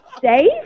Dave